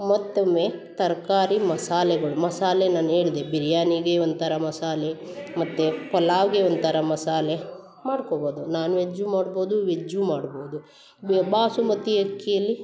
ಮತ್ತೊಮ್ಮೆ ತರಕಾರಿ ಮಸಾಲೆಗಳು ಮಸಾಲೆ ನಾನು ಹೇಳ್ದೆ ಬಿರ್ಯಾನಿಗೆ ಒಂಥರ ಮಸಾಲೆ ಮತ್ತು ಪಲಾವ್ಗೆ ಒಂಥರ ಮಸಾಲೆ ಮಾಡ್ಕೊಬೋದು ನಾನ್ ವೆಜ್ಜು ಮಾಡ್ಬೋದು ವೆಜ್ಜು ಮಾಡ್ಬೋದು ಬಾಸುಮತಿ ಅಕ್ಕಿಯಲ್ಲಿ